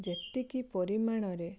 ଯେତିକି ପରିମାଣରେ